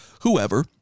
whoever